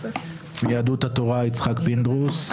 יהדות התורה יצחק פינדרוס,